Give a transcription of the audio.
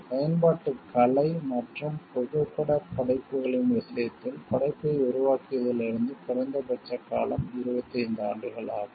பயன்பாட்டு கலை மற்றும் புகைப்படப் படைப்புகளின் விஷயத்தில் படைப்பை உருவாக்கியதிலிருந்து குறைந்தபட்ச காலம் 25 ஆண்டுகள் ஆகும்